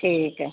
ٹھیک ہے